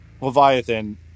Leviathan